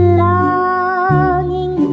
longing